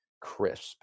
crisp